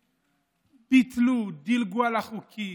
ביטלו, דילגו על החוקים,